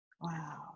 Wow